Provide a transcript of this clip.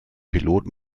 pilot